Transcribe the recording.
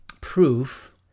proof